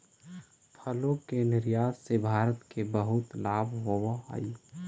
फलों के निर्यात से भारत को बहुत लाभ होवअ हई